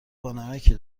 بانمکی